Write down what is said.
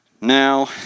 Now